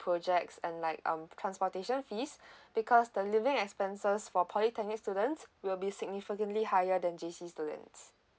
projects and like um transportation fees because the living expenses for polytechnic students will be significantly higher than J_C students